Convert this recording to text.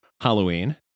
Halloween